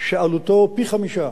שעלותו פי-חמישה